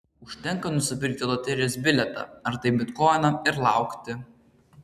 užtenka nusipirkti loterijos bilietą ar tai bitkoiną ir laukti